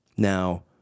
Now